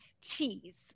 cheese